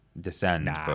descend